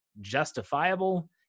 justifiable